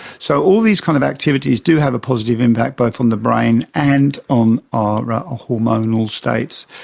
so all these kind of activities do have a positive impact, both on the brain and on our ah ah hormonal states.